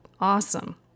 awesome